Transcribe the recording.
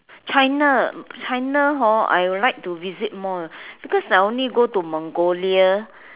China China hor I like to visit more because I only go to Mongolia